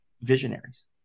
visionaries